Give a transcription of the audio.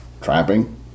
Trapping